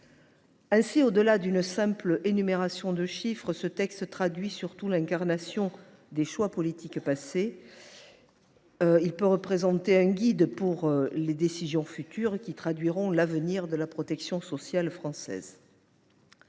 France. Au delà d’une simple énumération de chiffres, le texte illustre surtout ce qui découle des choix politiques passés. Il peut représenter un guide pour les décisions futures qui détermineront l’avenir de la protection sociale française.